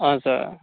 हजुर